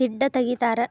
ತಿಡ್ಡ ತಗಿತಾರ